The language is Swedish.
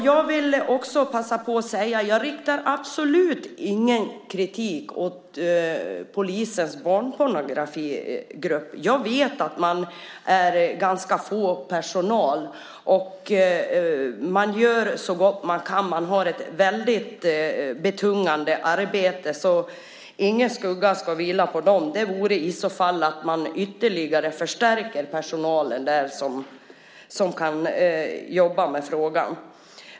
Jag vill också passa på att säga att jag absolut inte riktar någon kritik mot polisens barnpornografigrupp. Jag vet att man har ganska lite personal. Man gör så gott man kan och har ett väldigt betungande arbete, så ingen skugga ska vila på dem. Det som vore bra är i så fall att man ytterligare förstärkte personalen där som kan jobba med frågan.